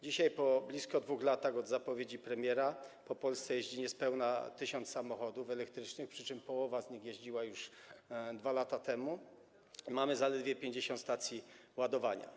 Dzisiaj, po blisko 2 latach od zapowiedzi premiera, po Polsce jeździ niespełna 1 tys. samochodów elektrycznych, przy czym połowa z nich jeździła już 2 lata temu, mamy też zaledwie 50 stacji ładowania.